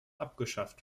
abgeschafft